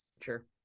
sure